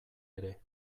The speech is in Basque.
ere